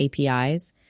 APIs